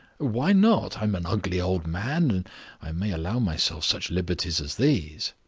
why not? i am an ugly old man, and i may allow myself such liberties as these!